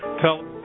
tell